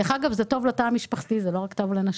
דרך אגב, זה טוב לתא המשפחתי, זה לא רק טוב לנשים.